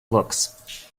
looks